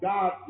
God